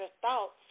thoughts